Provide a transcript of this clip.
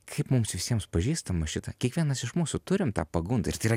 kaip mums visiems pažįstama šita kiekvienas iš mūsų turim tą pagundą ir tai yra